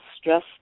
stress